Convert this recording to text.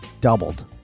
doubled